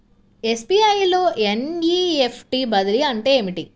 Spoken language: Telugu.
ఎస్.బీ.ఐ లో ఎన్.ఈ.ఎఫ్.టీ బదిలీ అంటే ఏమిటి?